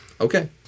Okay